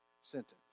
sentence